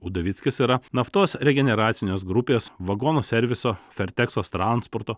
udovickis yra naftos regeneracinės grupės vagonų serviso ferteksos transporto